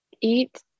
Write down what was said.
eat